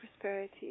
prosperity